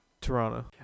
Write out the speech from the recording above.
Toronto